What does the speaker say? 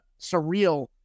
surreal